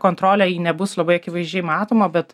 kontrolė ji nebus labai akivaizdžiai matoma bet